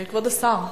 כבוד השר,